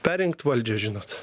perrinkt valdžią žinot